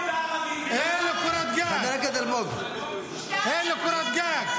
--- בערבית --- אין לו קורת גג.